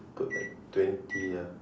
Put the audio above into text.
put at twenty ah